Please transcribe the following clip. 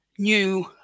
New